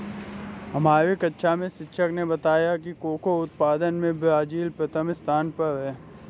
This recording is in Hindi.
हमारे कक्षा में शिक्षक ने बताया कि कोको उत्पादन में ब्राजील प्रथम स्थान पर है